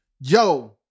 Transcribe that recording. Yo